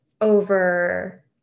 over